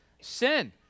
sin